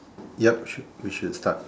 yup should we should start